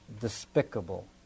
despicable